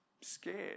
scared